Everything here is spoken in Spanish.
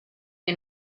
que